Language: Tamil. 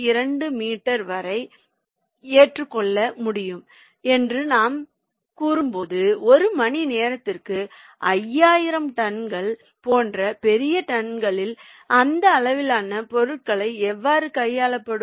2 மீட்டர் வரை ஏற்றுக்கொள்ள முடியும் என்று நாம் கூறும்போது ஒரு மணி நேரத்திற்கு 5000 டன்கள் போன்ற பெரிய டன்களில் இந்த அளவிலான பொருட்களை எவ்வாறு கையாளப்படும்